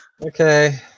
Okay